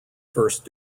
first